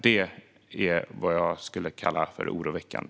Det är vad jag skulle kalla oroväckande.